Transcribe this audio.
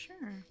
Sure